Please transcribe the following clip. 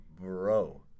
bro